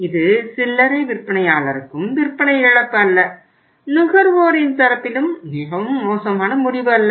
இது சில்லறை விற்பனையாளருக்கும் விற்பனை இழப்பு அல்ல நுகர்வோரின் தரப்பிலும் மிகவும் மோசமான முடிவு அல்ல